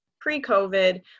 pre-COVID